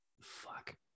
Fuck